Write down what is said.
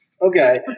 Okay